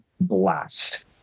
blast